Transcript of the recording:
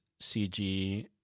CG